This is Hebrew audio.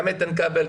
גם איתן כבל,